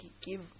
give